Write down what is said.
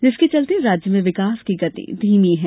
जिसके चलते राज्य में विकास की गति धीमी है